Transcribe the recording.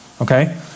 Okay